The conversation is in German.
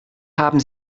haben